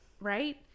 Right